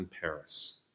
Paris